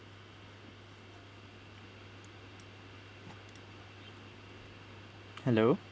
hello